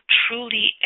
truly